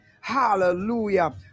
Hallelujah